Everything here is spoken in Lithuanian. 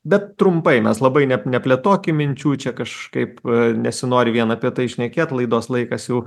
bet trumpai mes labai ne neplėtokim minčių čia kažkaip nesinori vien apie tai šnekėt laidos laikas jau